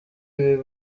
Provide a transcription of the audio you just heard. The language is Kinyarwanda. ibi